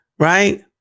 Right